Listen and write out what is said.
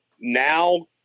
now